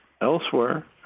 elsewhere